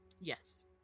Yes